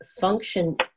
function